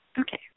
Okay